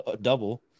double